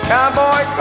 Cowboy